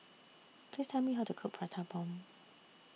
Please Tell Me How to Cook Prata Bomb